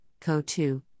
CO2